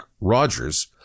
Rogers